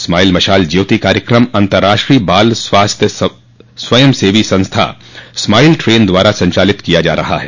smile मशाल ज्योति कार्यकम अन्तर्राष्ट्रीय बाल स्वास्थ्य स्वयं सेवी संस्था स्माइल ट्रेन द्वारा संचालित किया जा रहा है